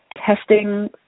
testing